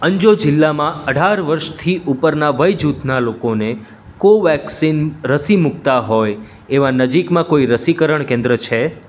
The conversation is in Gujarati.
અંજૉ જિલ્લામાં અઢાર વર્ષથી ઉપરના વયજૂથના લોકોને કોવેક્સિન રસી મૂકતા હોય એવાં નજીકમાં કોઈ રસીકરણ કેન્દ્ર છે